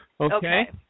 Okay